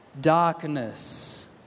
darkness